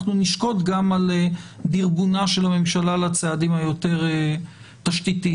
אנחנו נשקוד גם על דרבונה של הממשלה לצעדים היותר תשתיתיים.